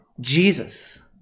Jesus